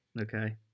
Okay